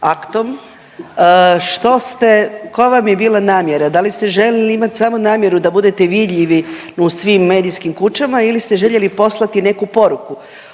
aktom, što ste, koja vam je bila namjera, da li ste željeli imat samo namjeru da budete vidljivi u svim medijskim kućama ili ste željeli poslati neku poruku?